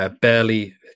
Barely